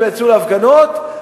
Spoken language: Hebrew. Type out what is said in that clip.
יצאו להפגנות,